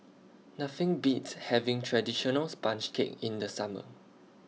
Nothing Beats having Traditional Sponge Cake in The Summer